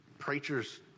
preachers